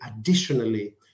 additionally